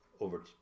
Over